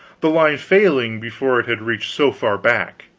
the line failing before it had reached so far back.